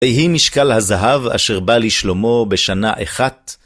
והיא משקל הזהב אשר בא לשלמה בשנה אחת.